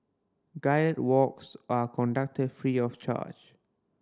guided walks are conducted free of charge